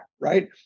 right